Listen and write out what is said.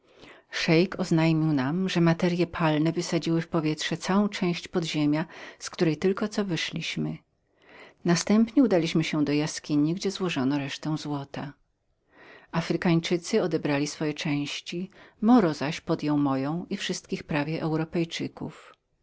szeik oznajmił nam że materye palne wysadziły w powietrze całą część podziemia z której tylko cośmy byli wyszli następnie udaliśmy się do jaskini gdzie złożono rosztęresztę złota afrykanie odebrali swoje części moro zaś podjął się mojej i wszystkich prawie europejczyków